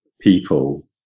People